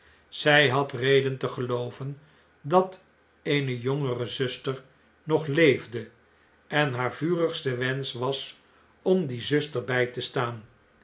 j had reden te gelooven dat eene jongere zuster nog leefde en haar vurigste wensch was om die zuster b j te staan